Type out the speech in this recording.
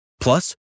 plus